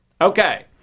Okay